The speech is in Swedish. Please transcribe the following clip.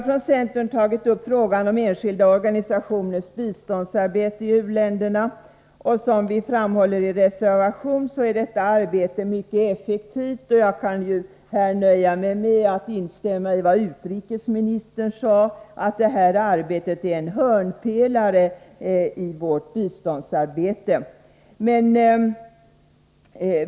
Vii centern har tagit upp frågan om enskilda organisationers biståndsarbete i u-länder, och som vi framhållit i en reservation är detta arbete mycket effektivt. Jag kan här nöja mig med att instämma i vad utrikesministern sade, nämligen att detta arbete är en hörnpelare i vårt biståndsarbete.